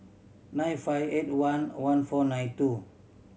nine five eight one one four nine two